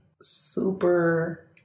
super